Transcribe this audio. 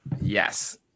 Yes